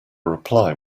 reply